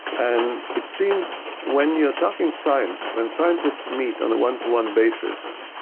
and it seems when you are talking science, when scientists meet on a one-to-one basis,